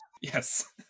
Yes